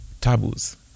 taboos